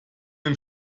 dem